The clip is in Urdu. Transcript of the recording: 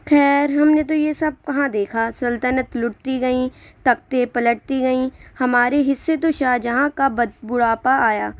خیر ہم نے تو یہ سب کہاں دیکھا سلطنت لٹتی گئیں تختے پلٹتی گئیں ہمارے حصّے تو شاہجہاں کا بد بڑھاپا آیا